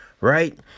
Right